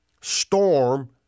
storm